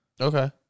Okay